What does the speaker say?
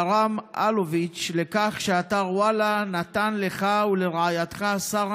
גרם אלוביץ' לכך שאתר וואלה נתן לך ולרעייתך שרה